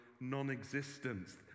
non-existence